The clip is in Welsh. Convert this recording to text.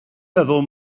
meddwl